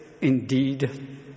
indeed